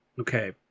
Okay